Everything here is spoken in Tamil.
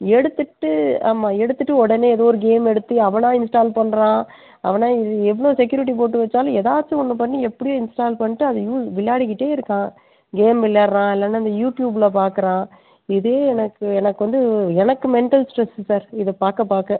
எடுத்துக்கிட்டு ஆமாம் எடுத்துகிட்டு உடனே ஏதோ ஒரு கேம் எடுத்து அவனே இன்ஸ்டால் பண்ணுறான் அவன் எவ்வளோ செக்யூரிட்டி போட்டு வச்சாலும் ஏதாச்சும் ஒன்னு பண்ணி எப்படியோ இன்ஸ்டால் பண்ணிட்டு அதை யூ விளாடிக்கிட்டே இருக்கான் கேம் விளையாடுறான் இல்லைனா இந்த யூடியூப்பில் பார்க்குறான் இதே எனக்கு எனக்கு வந்து எனக்கு மெண்ட்டல் ஸ்ட்ரெஸ்ஸு சார் இதை பார்க்க பார்க்க